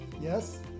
Yes